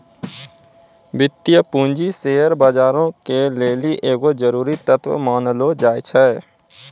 वित्तीय पूंजी शेयर बजारो के लेली एगो जरुरी तत्व मानलो जाय छै